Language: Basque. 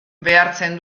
behartzen